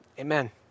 amen